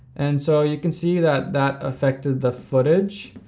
and so you can see that that affected the footage.